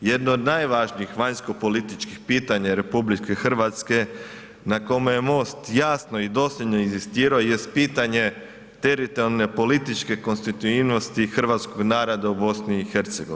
Jedno od najvažnijih vanjskopolitičkih pitanja RH na kome je MOST jasno i dosljedno inzistirao jest pitanje teritorijalne političke konstitutivnosti hrvatskog naroda u BiH.